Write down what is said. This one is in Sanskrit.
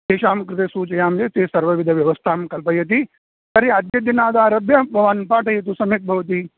तेषां कृते सूचयामि चेत् ते सर्वविधव्यवस्थां कल्पयति तर्हि अद्यदिनादारभ्य भवान् पाठयतु सम्यक् भवति